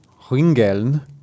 Ringeln